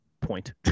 point